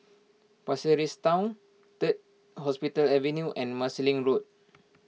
Pasir Ris Town Third Hospital Avenue and Marsiling Road